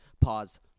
Pause